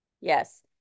Yes